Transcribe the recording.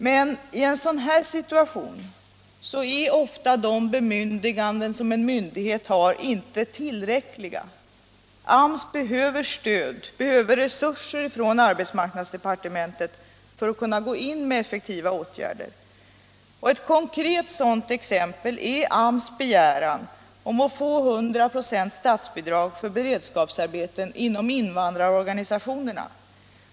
Men i en sådan här situation är ofta de bemyndiganden som en myndighet har inte tillräckliga. AMS behöver stöd och resurser från arbetsmarknadsdepartementet för att kunna gå in med effektiva åtgärder. Ett konkret exempel på sådant stöd är AMS begäran att få 100 96 statsbidrag till beredskapsarbeten inom invandrarorganisationerna.